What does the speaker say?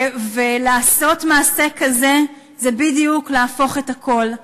ולעשות מעשה כזה זה בדיוק להפוך את הכול.